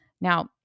Now